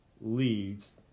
leads